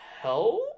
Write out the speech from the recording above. help